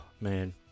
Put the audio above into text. man